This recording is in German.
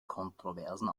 kontroversen